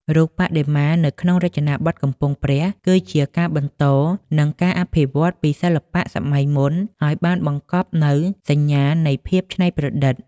រូបបដិមានៅក្នុងរចនាបថកំពង់ព្រះ គឺជាការបន្ត និងការអភិវឌ្ឍន៍ពីសិល្បៈសម័យមុន ហើយបានបង្កប់នូវសញ្ញាណនៃភាពច្នៃប្រឌិត ។